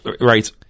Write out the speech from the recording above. right